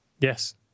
Yes